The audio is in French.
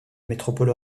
métropole